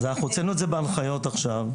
אז הוצאנו את זה בהנחיות עכשיו,